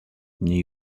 new